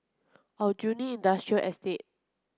Aljunied Industrial Estate